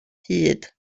hud